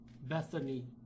Bethany